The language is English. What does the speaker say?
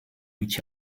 each